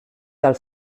del